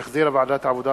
שהחזירה ועדת העבודה,